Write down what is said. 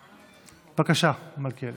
בבקשה, מלכיאלי.